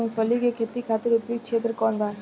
मूँगफली के खेती खातिर उपयुक्त क्षेत्र कौन वा?